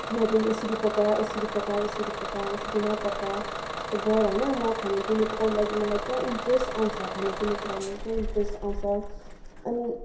खानापिना यसरी पकाउ यसरी पकाउ यसरी पकाउ यसरी नपकाउ यस्तो गर होइन म खानापिना पकाउनु लागि मलाई त इन्ट्रेस्ट आउँछ खानापिना पकाउनु लागि पुरा इन्ट्रेस्ट आउँछ अनि